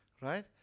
Right